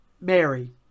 Mary